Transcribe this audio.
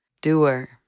doer